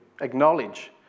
acknowledge